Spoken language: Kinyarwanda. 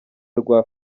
rwa